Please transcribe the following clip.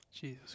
Jesus